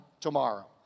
tomorrow